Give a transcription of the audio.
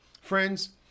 Friends